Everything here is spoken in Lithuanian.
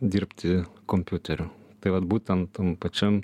dirbti kompiuteriu tai vat būtent tam pačiam